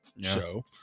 show